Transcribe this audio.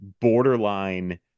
borderline